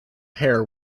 hare